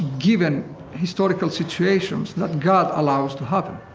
given historical situations that god allows to happen.